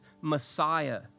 Messiah